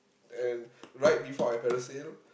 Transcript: and right before I parasail